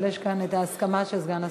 אבל יש כאן ההסכמה של סגן השר.